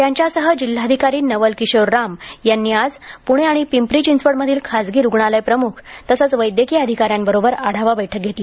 त्यांच्यासह जिल्हाधिकारी नवल किशोर राम यांनी आज पुणे आणि पिंपरी चिंचवड मधील खाजगी रुग्णालय प्रमुख तसंच वैद्यकीय अधिकाऱ्यांबरोबर आढावा बैठक घेतली